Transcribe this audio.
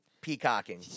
peacocking